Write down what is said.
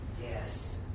Yes